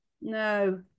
No